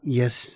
yes